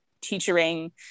teaching